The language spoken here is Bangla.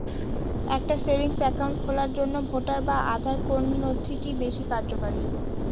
একটা সেভিংস অ্যাকাউন্ট খোলার জন্য ভোটার বা আধার কোন নথিটি বেশী কার্যকরী?